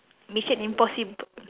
mission impossible